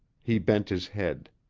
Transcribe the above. he bent his head.